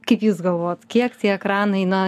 kaip jūs galvojat kiek tie ekranai na